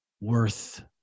worth